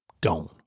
gone